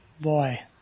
Boy